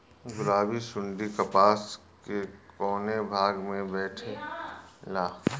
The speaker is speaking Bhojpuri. गुलाबी सुंडी कपास के कौने भाग में बैठे ला?